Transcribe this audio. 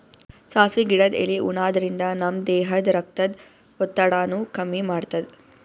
ಸಾಸ್ವಿ ಗಿಡದ್ ಎಲಿ ಉಣಾದ್ರಿನ್ದ ನಮ್ ದೇಹದ್ದ್ ರಕ್ತದ್ ಒತ್ತಡಾನು ಕಮ್ಮಿ ಮಾಡ್ತದ್